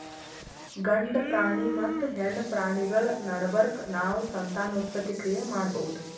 ಗಂಡ ಪ್ರಾಣಿ ಮತ್ತ್ ಹೆಣ್ಣ್ ಪ್ರಾಣಿಗಳ್ ನಡಬರ್ಕ್ ನಾವ್ ಸಂತಾನೋತ್ಪತ್ತಿ ಕ್ರಿಯೆ ಮಾಡಬಹುದ್